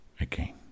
again